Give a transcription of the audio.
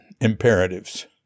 imperatives